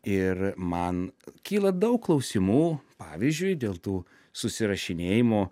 ir man kyla daug klausimų pavyzdžiui dėl tų susirašinėjimų